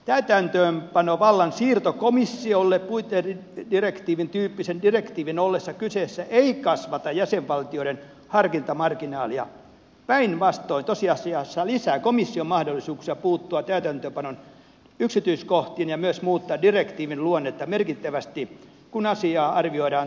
täytäntöönpanovallan siirto komissiolle puitedirektiivin tyyppisen direktiivin ollessa kyseessä ei kasvata jäsenvaltioiden harkintamarginaalia päinvastoin tosiasiassa lisää komission mahdollisuuksia puuttua täytäntöönpanon yksityiskohtiin ja myös muuttaa direktiivin luonnetta merkittävästi kun asiaa arvioidaan toissijaisuusperiaatteen kannalta